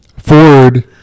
Ford